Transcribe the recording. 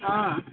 অঁ